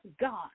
God